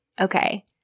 Okay